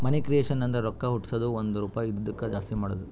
ಮನಿ creation ಅಂದುರ್ ರೊಕ್ಕಾ ಹುಟ್ಟುಸದ್ದು ಒಂದ್ ರುಪಾಯಿ ಇದಿದ್ದುಕ್ ಜಾಸ್ತಿ ಮಾಡದು